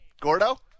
Gordo